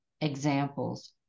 examples